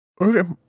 Okay